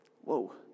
Whoa